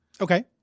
Okay